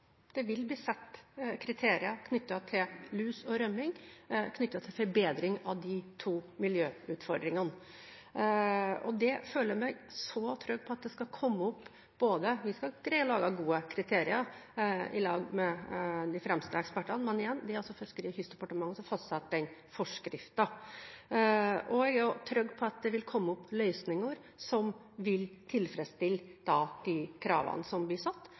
det vil bli satt kriterier for lus og rømming knyttet til forbedring av de to miljøutfordringene. Jeg føler meg trygg på at vi skal greie å lage gode kriterier i lag med de fremste ekspertene, men igjen: Det er altså Fiskeri- og kystdepartementet som fastsetter forskriften. Jeg er også trygg på at det vil komme opp løsninger som vil tilfredsstille de kravene som blir satt.